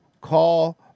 call